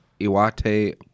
Iwate